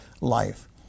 life